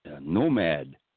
nomad